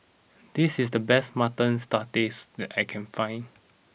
this is the best Mutton Satay that I can find